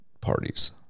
parties